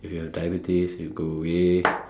if you have diabetes it will go away